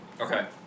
Okay